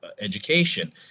education